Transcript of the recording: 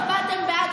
למה לא הצבעתם בעד חוק,